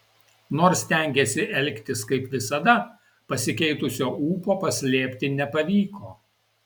nors stengėsi elgtis kaip visada pasikeitusio ūpo paslėpti nepavyko